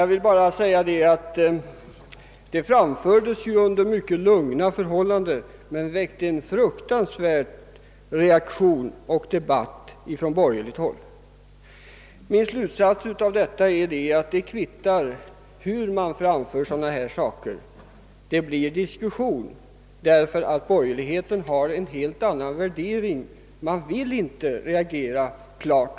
Jag vill understryka att talet hölls under mycket lugna förhållanden, men det väckte ändå en fruktanvärd reaktion på borgerligt håll och åstadkom livlig debatt. Min slutsats är att det kvittar hur man framför sådana här saker — det blir under alla förhållanden diskussion därför att borgerligheten har en helt annan värdering och inte vill reagera klart.